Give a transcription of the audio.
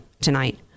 tonight